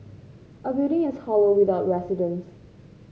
a building is hollow without residents